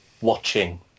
watching